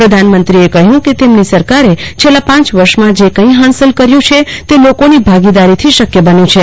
પ્રધાનમંત્રીએ કહ્યું કે તેમની સરકારે છેલ્લા પાંચ વર્ષમાં જે કઈ હાંસલ કર્યું છે તે લોકોની ભાગીદારીથી શકયે બન્યું છે